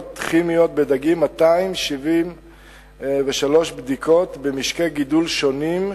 כימיות בדגים 273 בדיקות במשקי גידול שונים,